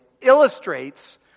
illustrates